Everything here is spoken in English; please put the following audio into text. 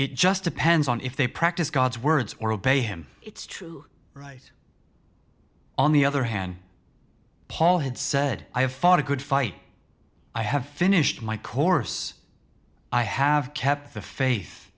it just depends on if they practice god's words or obey him it's true right on the other hand paul had said i have fought a good fight i have finished my course i have kept the fa